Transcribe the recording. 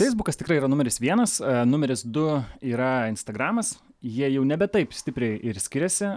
feisbukas tikrai yra numeris vienas numeris du yra instagramas jie jau nebe taip stipriai ir skiriasi